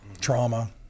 trauma